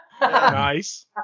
Nice